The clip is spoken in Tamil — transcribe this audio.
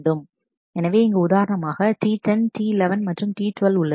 எனவே இங்கு உதாரணமாக T10 T11 மற்றும் T12 உள்ளது